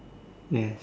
yes